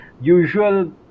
usual